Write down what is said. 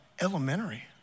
elementary